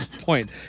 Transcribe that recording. point